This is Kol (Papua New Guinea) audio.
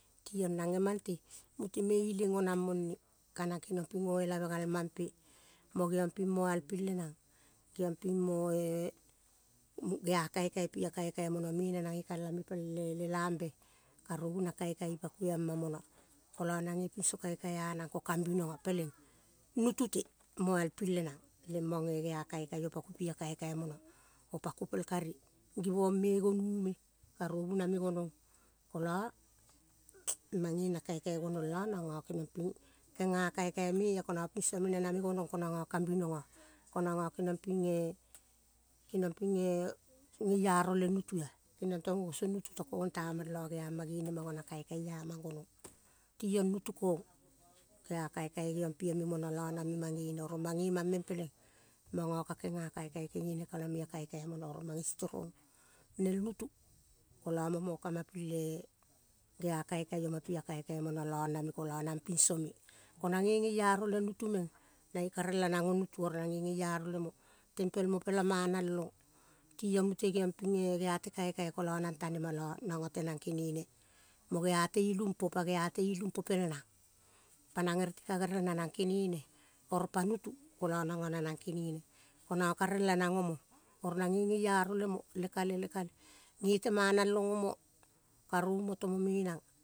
Tiong nang gemang te mute me ileng onang mone ka nenang keniong ping goelave gal mam pe mo geong ping mo alping le nang geong ping mo-e gea kaikai pia kaikai mono me nanang ge kala me pel eh lelambe, karovi na kaikai ipa ko amma pono kolo nange pingo kaikai anang ko kambinogo, peleng. Nutu te mo alping le nang, lemmong eh gea, kaikai opa ko pia kaikai mouo. opa ko pel kari. Givoug me gonu me. Karu na me gonong. Kolo mange na kaikai gonong lo nango kenong ping genga kaikai mea ko nango pinso me na name gouong ko nange kambinogo. Ko nango keniong ping eh. Keniong ping eh geiaro le nutu an. Keniong tong oh song nutu to kong, tamang lo gema gene mango na kaikai ah mang gonong. Tiong nutu kong gea kaikai geong pia me mono lo name mange oro mang meng peleng, mang o ka kenga kaikai kegene ka name a kaikai mono oro mange storong nel nutu, kolo mo mokama pil le gea kaikai oma pia kaikai mono lo name kolo nang pinso me. Ko nange gieiaro le. Nutu meng nange ka rela nang nutu oro nang geiaro lemo tempel mo pela mana long, tiong mute geong ping eh gea te kaikai ka nang tang ma lo nango tenang kenene mo gea te ilum po, pa gea te ilu popel nang pa bereti ka gerel nanang kenene oro pa nutu kolo nango nanang genene ko nango ka rela nang omo nange giearo le mo le kale le kale ge te manalong omo, karovu mo teme menang.